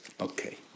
Okay